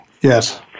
Yes